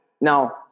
Now